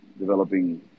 developing